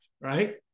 right